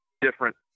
different